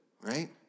right